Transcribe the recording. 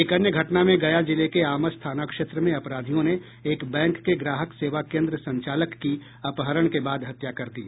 एक अन्य घटना में गया जिले के आमस थाना क्षेत्र में अपराधियों ने एक बैंक के ग्राहक सेवा केन्द्र संचालक की अपहरण के बाद हत्या कर दी